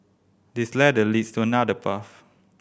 this ladder leads to another path